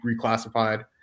reclassified